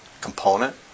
component